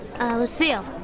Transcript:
Lucille